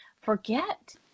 forget